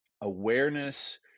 awareness